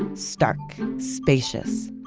and stark, spacious,